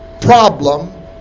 problem